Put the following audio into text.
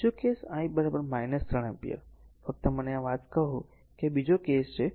બીજો case I 3 ampere ફક્ત મને એક વાત કહો કે આ એક બીજો કેસ છે